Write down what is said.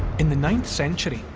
in the ninth century,